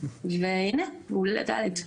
והנה הוא עולה לכיתה ד'.